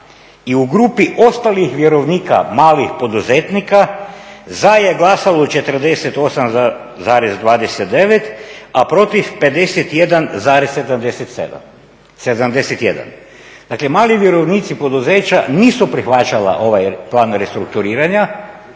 i u grupi ostalih vjerovnika, malih poduzetnika za je glasalo 48,29 a protiv 51,71. Dakle, mali vjerovnici poduzeća nisu prihvaćala ovaj plan restrukturiranja,